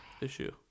issue